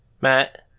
Matt